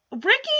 Ricky